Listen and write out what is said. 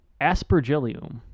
aspergillium